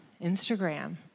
Instagram